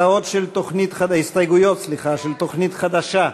הסתייגויות של תוכנית חדשה,